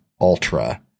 Ultra